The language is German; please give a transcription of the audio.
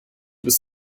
bis